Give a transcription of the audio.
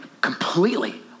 completely